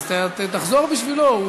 אז תחזור בשבילו.